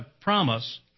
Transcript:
promise